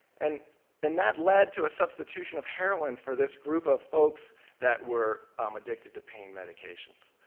and and that led to a substitution of heroin for this group of folks that were um addicted to pain medications.